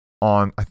on